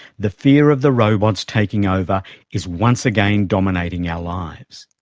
the fear of the robots taking over is once again dominating our lives.